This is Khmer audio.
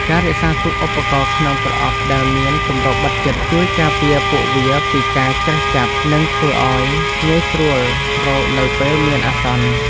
ការរក្សាទុកឧបករណ៍ក្នុងប្រអប់ដែលមានគម្របបិទជិត ជួយការពារពួកវាពីការច្រេះចាប់ និងធ្វើឱ្យងាយស្រួលរកនៅពេលមានអាសន្ន។